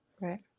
Right